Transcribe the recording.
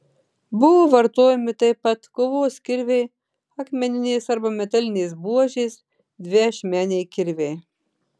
buvo vartojami taip pat kovos kirviai akmeninės arba metalinės buožės dviašmeniai kirviai